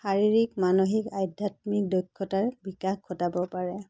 শাৰীৰিক মানসিক আধ্যাত্মিক দক্ষতাৰ বিকাশ ঘটাব পাৰে